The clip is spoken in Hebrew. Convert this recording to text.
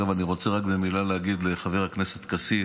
אני רוצה רק במילה להגיד לחבר הכנסת כסיף: